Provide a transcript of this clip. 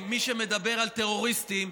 מי שמדבר על טרוריסטים,